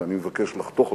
שאני מבקש לחתוך אותו,